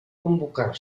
convocar